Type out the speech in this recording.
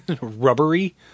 rubbery